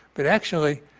but actually,